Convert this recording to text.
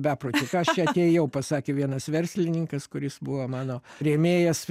beprotis ką aš čia atėjau pasakė vienas verslininkas kuris buvo mano rėmėjas